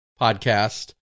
podcast